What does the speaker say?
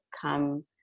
come